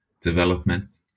development